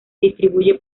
distribuye